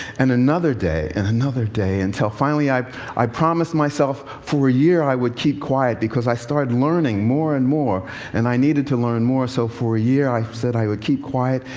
and another day, and another day until finally, i i promised myself for a year i would keep quiet because i started learning more and more and i needed to learn more. so for a year i said i would keep quiet,